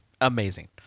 amazing